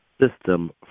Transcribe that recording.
system